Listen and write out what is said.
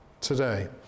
today